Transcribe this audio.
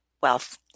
Wealth